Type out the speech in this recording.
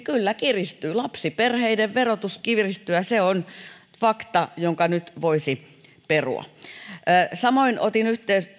kyllä kiristyy lapsiperheiden verotus kiristyy ja ja se on fakta jonka nyt voisi perua samoin otin